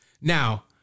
Now